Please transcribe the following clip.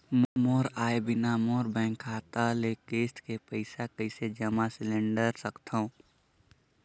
मोर आय बिना मोर बैंक खाता ले किस्त के पईसा कइसे जमा सिलेंडर सकथव?